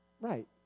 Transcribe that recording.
Right